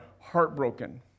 heartbroken